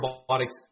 robotics